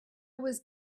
was